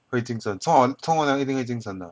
会精神冲完冲完凉一定会精神的